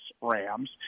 Rams